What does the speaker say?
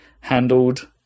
handled